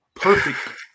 Perfect